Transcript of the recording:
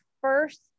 first